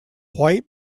white